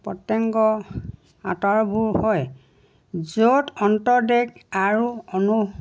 প্ৰত্যংগ আঁতাৰবোৰ হয় য'ত অন্তদেশ আৰু অনু